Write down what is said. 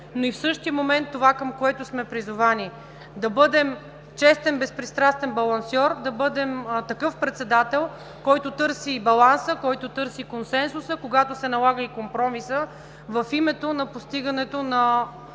но и в същия момент това, към което сме призовани – да бъдем честен, безпристрастен балансьор, да бъдем такъв председател, който търси баланса, който търси консенсуса, когато се налага и компромиса в името на постигането на